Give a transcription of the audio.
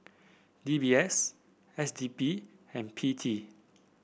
D B S S D P and P T